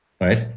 right